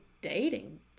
dating